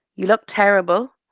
you look terrible,